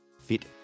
fit